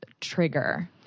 trigger